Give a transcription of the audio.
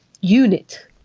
unit